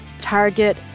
Target